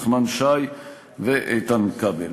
נחמן שי ואיתן כבל.